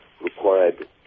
required